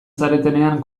zaretenean